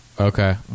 Okay